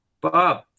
Bob